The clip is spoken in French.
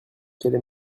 qu’elle